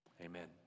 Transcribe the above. Amen